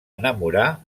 enamorar